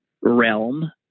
realm